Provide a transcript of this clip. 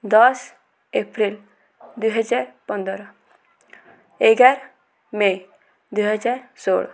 ଦଶ ଏପ୍ରିଲ ଦୁଇହଜାର ପନ୍ଦର ଏଗାର ମେ ଦୁଇହଜାର ଷୋହଳ